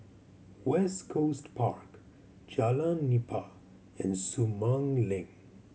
West Coast Park Jalan Nipah and Sumang Link